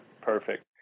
perfect